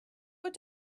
but